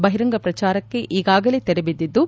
ಬಹಿರಂಗ ಪ್ರಚಾರಕ್ಷಿ ಈಗಾಗಲೇ ತೆರೆಬಿದ್ದಿದ್ದು